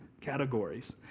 categories